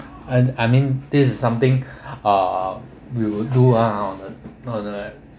and I mean this is something uh we will do ah on a on a